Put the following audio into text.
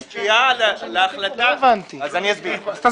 אני אסביר.